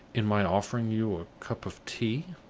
in my offering you a cup of tea?